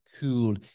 cool